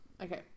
Okay